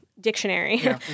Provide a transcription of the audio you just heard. dictionary